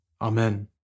Amen